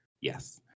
Yes